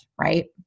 right